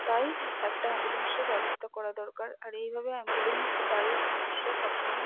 তাই একটা অ্যাম্বুলেন্সের ব্যবস্থা করা দরকার আর এইভাবে অ্যাম্বুলেন্স গাড়ির সমস্যা সবসময়